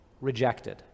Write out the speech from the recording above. rejected